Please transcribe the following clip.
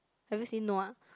have you seen no ah